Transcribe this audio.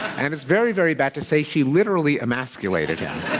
and it's very, very bad to say she literally emasculated him.